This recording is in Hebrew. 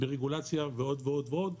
ברגולציה ועוד ועוד ועוד,